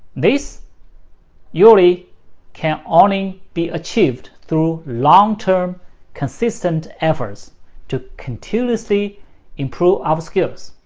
this usually can only be achieved through long term consistent efforts to continuously improve our skills,